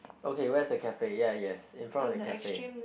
okay where's the cafe ya yes in front of the cafe